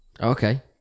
Okay